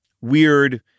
weird